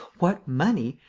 what money?